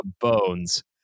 Bones